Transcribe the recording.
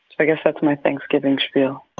i guess that's my thanksgiving spiel